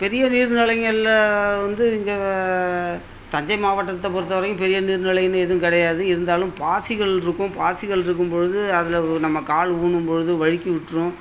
பெரிய நீர்நிலைங்களில் வந்து இங்கே தஞ்சை மாவட்டத்த பொறுத்த வரையும் பெரிய நீர்நிலைன்னு எதுவும் கிடையாது இருந்தாலும் பாசிகள் இருக்கும் பாசிகள் இருக்கும்பொழுது அதில் நம்ம கால் ஊணும்பொழுது வழுக்கிவிட்டுரும்